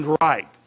right